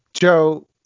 Joe